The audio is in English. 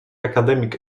academic